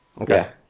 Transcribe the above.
Okay